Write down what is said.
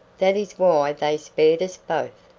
that is why they spared us both,